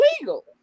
illegal